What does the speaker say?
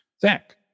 Zach